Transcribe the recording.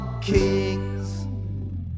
kings